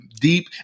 deep